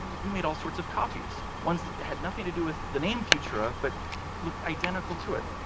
we made all sorts of copies. ones that had nothing to do with the name futura, but looked identical to it,